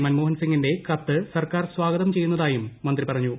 മൻമോഹൻ സിങ്ങിന്റെ കത്ത് സർക്കാർ സ്വാഗതം ചെയ്യുന്നതായും മന്ത്രി പറഞ്ഞു